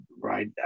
right